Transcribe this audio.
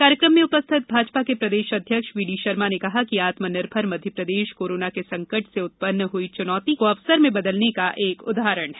कार्यक्रम में उपस्थित भाजपा के प्रदेश अध्यक्ष वीडी शर्मा ने कहा कि आत्मनिर्भर मध्यप्रदेश कोरोना के संकट से उत्पन्न हुई चुनौती को अवसर में बदलने का एक उदाहरण है